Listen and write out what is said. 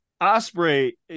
Osprey